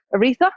Aretha